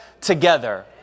together